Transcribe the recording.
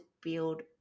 build